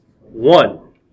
One